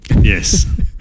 Yes